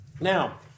Now